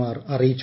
R അറിയിച്ചു